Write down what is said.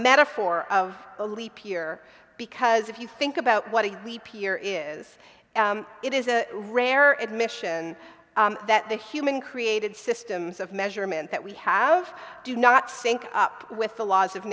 metaphor of a leap year because if you think about what a leap year is it is a rare admission that the human created systems of measurement that we have do not sync up with the laws of